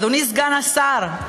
אדוני סגן השר,